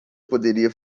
poderia